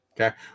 Okay